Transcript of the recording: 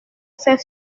s’est